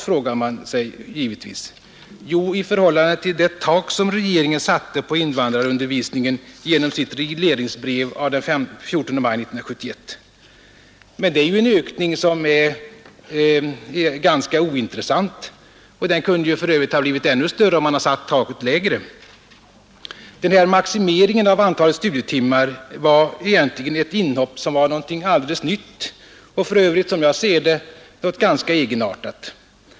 frågar man sig givetvis. Jo, i förhållande till det tak som regeringen satte på invandrarundervisningen genom sitt regleringsbrev av den 14 maj 1971. Men det är ju en ökning som är ganska ointressant, och den kunde för övrigt ha blivit ännu större om man hade satt taket lägre. Denna maximering av antalet studietimmar var egentligen ett inhopp som var något alldeles nytt och för övrigt — som jag ser det — något ganska egenartat.